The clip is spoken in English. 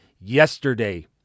yesterday